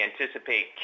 anticipate